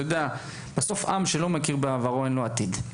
הרי עם שלא מכיר בעברו, אין לו עתיד.